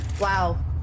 Wow